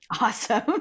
Awesome